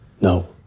no